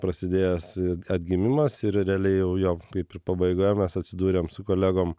prasidėjęs atgimimas ir realiai jau jo kaip ir pabaiga mes atsidūrėm su kolegom